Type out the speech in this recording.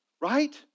Right